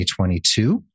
2022